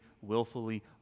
willfully